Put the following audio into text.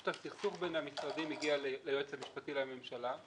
פשוט הסכסוך בין המשרדים הגיע ליועץ המשפטי לממשלה,